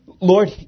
Lord